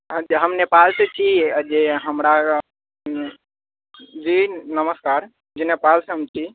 हाँ जी हम नेपाल से छी जी हमरा जी नमस्कार जी नेपालसँ हम छी